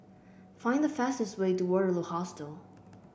find the fastest way to Waterloo Hostel